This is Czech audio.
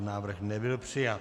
Návrh nebyl přijat.